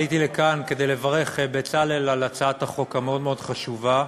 עליתי לכאן כדי לברך את בצלאל על הצעת החוק המאוד-מאוד חשובה.